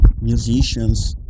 musicians